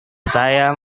saya